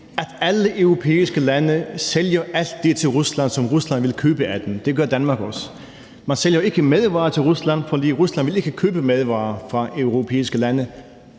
alle europæiske lande sælger alt det til Rusland, som Rusland vil købe af dem. Det gør Danmark også. Man sælger ikke madvarer til Rusland, fordi Rusland ikke vil købe madvarer fra europæiske lande,